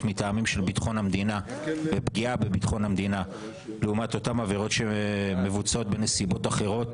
מטעמים של פגיעה בביטחון המדינה לעומת עבירות שמבוצעות בנסיבות אחרות.